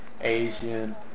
Asian